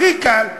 הכי קל,